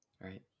Right